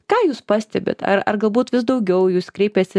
ką jūs pastebit ar ar galbūt vis daugiau į jūs kreipiasi